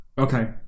Okay